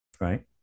right